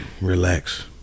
relax